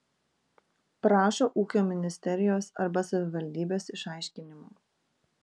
prašo ūkio ministerijos arba savivaldybės išaiškinimo